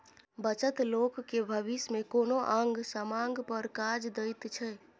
बचत लोक केँ भबिस मे कोनो आंग समांग पर काज दैत छै